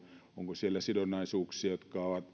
onko siellä sidonnaisuuksia jotka ovat whon